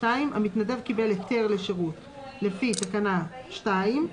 המתנדב קיבל היתר לשירות לפי תקנה 2,